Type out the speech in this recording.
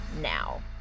now